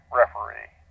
referee